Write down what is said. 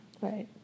Right